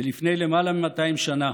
ולפני למעלה מ-200 שנה